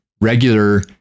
regular